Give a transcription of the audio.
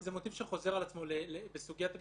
הסכום הזה הוא מוטיב שחוזר על עצמו בסוגיית הביצים,